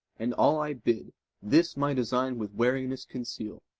and all i bid this my design with wariness conceal,